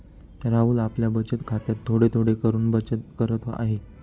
राहुल आपल्या बचत खात्यात थोडे थोडे करून बचत करत आहे